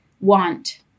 want